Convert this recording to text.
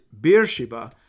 Beersheba